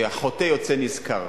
והוא שהחוטא יוצא נשכר.